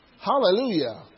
Hallelujah